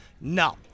no